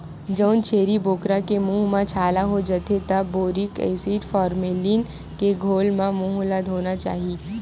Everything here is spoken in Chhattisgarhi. जउन छेरी बोकरा के मूंह म छाला हो जाथे त बोरिक एसिड, फार्मलीन के घोल म मूंह ल धोना चाही